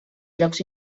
llocs